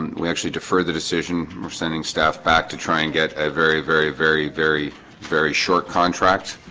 um we actually defer the decision. we're sending staff back to try and get a very very very very very short contract